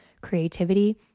creativity